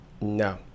No